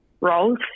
roles